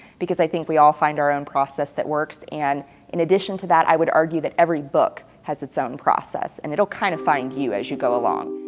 because i think we all find our own process that works and in addition to that i would argue that every book has its own process and it'll kind of find you as you go along.